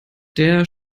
der